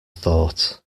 thought